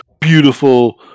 beautiful